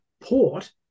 Port